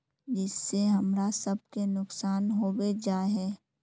जिस से हमरा सब के नुकसान होबे जाय है?